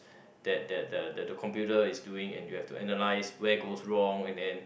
that that the the computer is doing and you have to analyse where goes wrong and then